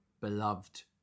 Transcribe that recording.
beloved